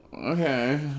Okay